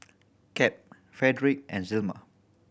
Cap Fredric and Zelma